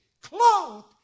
clothed